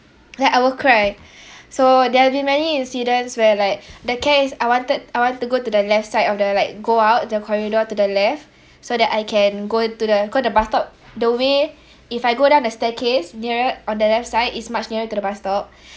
like I will cry so there'll be many incidents where like the cat is I wanted I want to go to the left side of the like go out the corridor to the left so that I can go into the go the bus stop the way if I go down the staircase nearer on the left side is much nearer to the bus stop